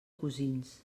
cosins